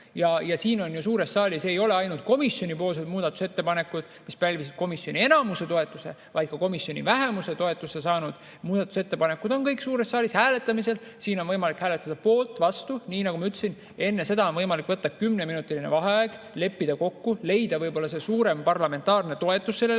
Ja siin suures saalis ei ole ainult komisjonipoolsed muudatusettepanekud, mis pälvisid komisjoni enamuse toetuse, vaid ka komisjoni vähemuse toetuse saanud muudatusettepanekud. Kõik on suures saalis hääletamisel, siin on võimalik hääletada poolt või vastu. Nii nagu ma ütlesin, enne seda on võimalik võtta kümneminutiline vaheaeg, leppida kokku, leida võib-olla suurem parlamentaarne toetus mõnele